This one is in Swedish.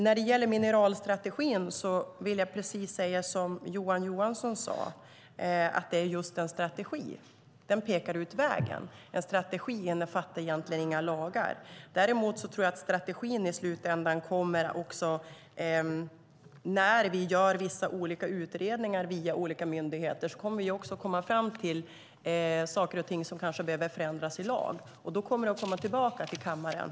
När det gäller mineralstrategin vill jag säga precis som Johan Johansson sade, att det är just en strategi. Den pekar ut vägen. En strategi innefattar egentligen inga lagar. Däremot tror jag att strategin i slutändan, när vi gör vissa olika utredningar via olika myndigheter, kommer att leda till att vi kommer fram till saker och ting som kanske behöver förändras i lag. Då kommer det att komma tillbaka hit till kammaren.